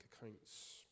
accounts